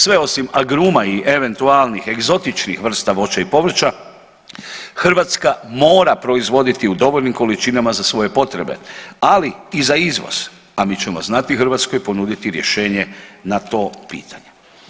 Sve osim agruma i eventualnih egzotičnih vrsta voća i povrća Hrvatska mora proizvoditi u dovoljnim količinama za svoje potrebe, ali i za izvoz, a mi ćemo znati Hrvatskoj ponuditi rješenje na to pitanje.